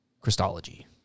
Christology